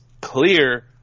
clear